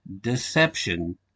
Deception